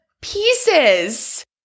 pieces